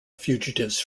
fugitives